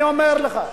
מי החליט להפסיק?